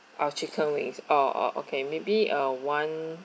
oh chicken wings oh oh okay maybe uh one